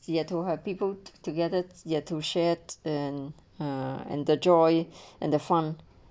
see I told her peopled together ya two shirts and uh and the joy and the fun